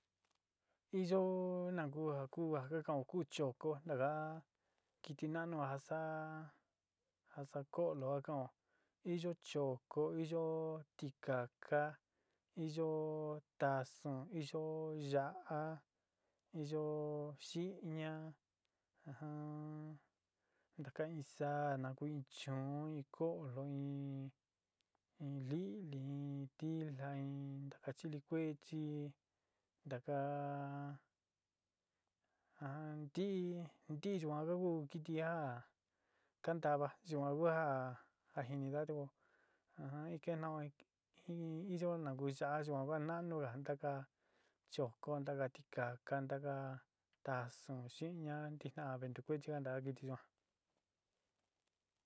Iyo naku ja ku ja kan'ó ja ku chokó, ntaka kɨtɨ naánu ja saá ja saá koólo ka kan'ó iyo chokó, iyo tikaká, iyo tasún, iyo ya'á, iyo xi'iñaa, ntaka in saa naku in chuún, in koólo, in líli, in tilja, in ntaka chilikuechi, taka ja nti ntiyuan ku a kɨtɨ a kantava yuan ku ja jiniga to ke no iyo na kuchaa yuan ku a naánuga ntaka chokó, ntaka tikaká, ntaka tasun, xiíña ntijna veen ntukuechi kantaga kɨtɨ yuan.